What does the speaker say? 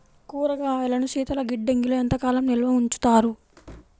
కూరగాయలను శీతలగిడ్డంగిలో ఎంత కాలం నిల్వ ఉంచుతారు?